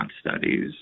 Studies